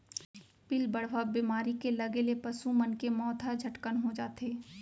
पिलबढ़वा बेमारी के लगे ले पसु मन के मौत ह झटकन हो जाथे